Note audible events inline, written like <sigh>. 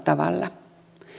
<unintelligible> tavalla